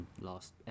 Last